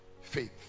Faith